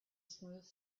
smooth